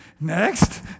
Next